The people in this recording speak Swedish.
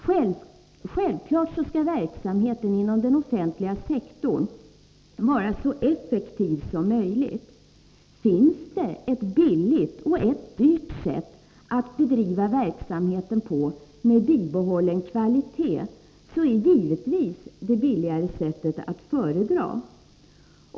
Självklart skall verksamheten inom den offentliga sektorn vara så effektiv som möjligt. Finns det ett billigt och ett dyrt sätt att bedriva verksamheten på med bibehållen kvalitet är givetvis det billigare sättet att föredra.